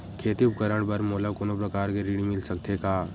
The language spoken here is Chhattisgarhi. खेती उपकरण बर मोला कोनो प्रकार के ऋण मिल सकथे का?